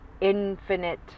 infinite